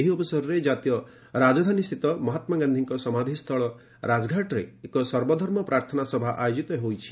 ଏହି ଅବସରରେ କାତୀୟ ରାଜଧାନୀସ୍ଥିତ ମହାତ୍ମା ଗାନ୍ଧିଙ୍କ ସମାଧିସ୍ଥଳ ରାଜଘାଟରେ ଏକ ସର୍ବଧର୍ମ ପ୍ରାର୍ଥନାସଭା ଆୟୋଜିତ ହୋଇଛି